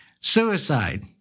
Suicide